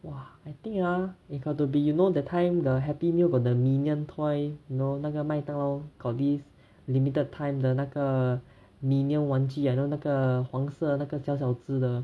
!wah! I think ah it got to be you know that time the happy meal got the minion toy you know 那个麦当劳 got this limited time 的那个 minion 玩具啊那个黄色的那个小小只的